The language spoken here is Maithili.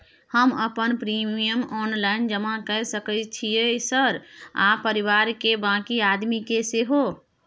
हम अपन प्रीमियम ऑनलाइन जमा के सके छियै सर आ परिवार के बाँकी आदमी के सेहो?